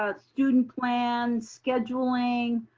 ah student plans, scheduling,